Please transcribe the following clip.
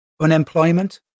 unemployment